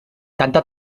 tanta